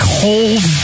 cold